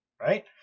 Right